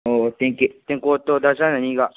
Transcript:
ꯑꯣ ꯇꯦꯡꯀꯣꯠꯇꯣ ꯗꯔꯖꯟ ꯑꯅꯤꯒ